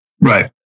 right